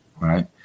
right